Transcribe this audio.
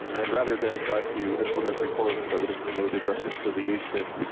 and rather than try to implement reforms that would have promoted reconciliation,